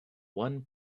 one